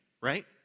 right